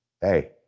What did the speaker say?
hey